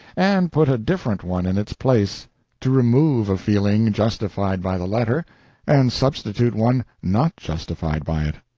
and put a different one in its place to remove a feeling justified by the letter and substitute one not justified by it.